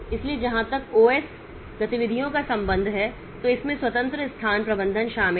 इसलिए जहां तक ओ एस गतिविधियों का संबंध है तो इसमें स्वतंत्र स्थान प्रबंधन शामिल है